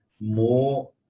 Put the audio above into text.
more